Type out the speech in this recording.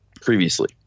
previously